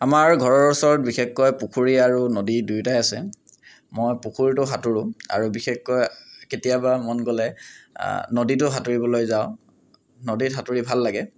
আমাৰ ঘৰৰ ওচৰত বিশেষকৈ পুখুৰী আৰু নদী দুয়োটাই আছে মই পুখুৰীতো সাঁতুৰো আৰু বিশেষকৈ কেতিয়াবা মন গ'লে নদীটো সাঁতুৰিবলৈ যাওঁ নদীত সাঁতুৰি ভাল লাগে